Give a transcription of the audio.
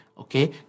okay